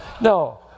no